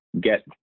get